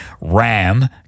Ram